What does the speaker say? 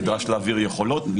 נדרש להעביר יכולות,